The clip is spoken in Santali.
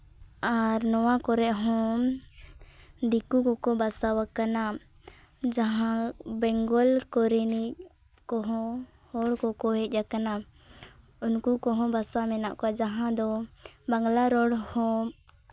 ᱟᱨ ᱱᱚᱣᱟ ᱠᱚᱨᱮᱫ ᱦᱚᱸ ᱫᱤᱠᱩ ᱠᱚᱠᱚ ᱵᱟᱥᱟ ᱟᱠᱟᱱᱟ ᱡᱟᱦᱟᱸ ᱵᱮᱝᱜᱚᱞ ᱠᱚᱨᱮᱱᱤᱡ ᱠᱚᱦᱚᱸ ᱦᱚᱲ ᱠᱚᱠᱚ ᱦᱮᱡ ᱟᱠᱟᱱᱟ ᱩᱱᱠᱩ ᱠᱚᱦᱚᱸ ᱵᱟᱥᱟ ᱢᱮᱱᱟᱜ ᱠᱚᱣᱟ ᱡᱟᱦᱟᱸ ᱫᱚ ᱵᱟᱝᱞᱟ ᱨᱚᱲ ᱦᱚᱸ